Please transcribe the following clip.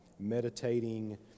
Meditating